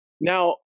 Now